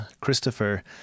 Christopher